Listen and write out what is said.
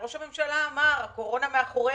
ראש הממשלה אמר: הקורונה מאחורינו.